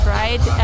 right